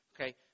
okay